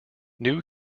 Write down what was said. new